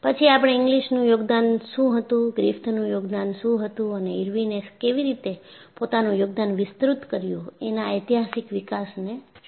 પછી આપણે ઈંગ્લિસનું યોગદાન શું હતું ગ્રિફિથનું યોગદાન શું હતું અને ઇરવિને એ કેવી રીતે પોતાનું યોગદાન વિસ્તૃત કર્યું તેના ઐતિહાસિક વિકાસ ને જોયું હતું